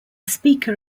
speaker